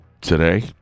Today